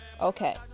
Okay